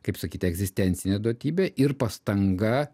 kaip sakyt egzistencinė duotybė ir pastanga